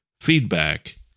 feedback